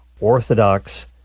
Orthodox